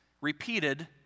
repeated